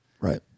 Right